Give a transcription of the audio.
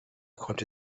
konnte